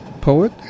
Poet